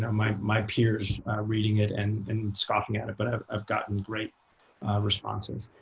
um my my peers reading it and scoffing at it. but i've i've gotten great responses.